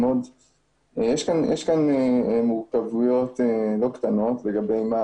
יש כאן מורכבויות לא קטנות לגבי מה